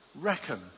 reckon